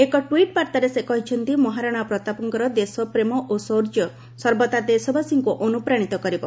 ଏକ ଟ୍ପିଟ୍ ବାର୍ତ୍ତାରେ ସେ କହିଛନ୍ତି ମହାରାଣା ପ୍ରତାପଙ୍କର ଦେଶପ୍ରେମ ଓ ସୌର୍ଯ୍ୟ ସର୍ବଦା ଦେଶବାସୀଙ୍କୁ ଅନୁପ୍ରାଣିତ କରିବ